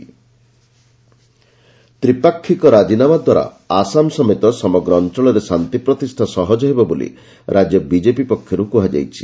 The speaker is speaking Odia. ଆସାମ ବୋଡୋ ଆକାଡ ତ୍ରିପାକ୍ଷିକ ରାଜିନାମା ଦ୍ୱାରା ଆସାମ ସମେତ ସମଗ୍ର ଅଞ୍ଚଳରେ ଶାନ୍ତି ପ୍ରତିଷ୍ଠା ସହଜ ହେବ ବୋଲି ରାଜ୍ୟ ବିଜେପି ପକ୍ଷରୁ କୁହାଯାଇଛି